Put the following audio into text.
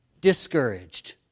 discouraged